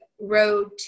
road